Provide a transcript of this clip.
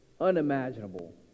unimaginable